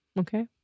Okay